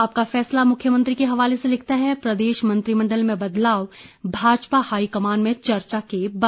आपका फैसला मुख्यमंत्री के हवाले से लिखता है प्रदेश मंत्रिमंडल में बदलाव भाजपा हाईकमान में चर्चा के बाद